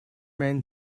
man